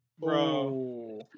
bro